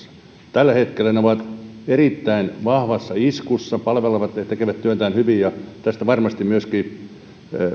tällä hetkellä ne ovat erittäin vahvassa iskussa palvelevat ja tekevät työtään hyvin tästä varmasti myöskin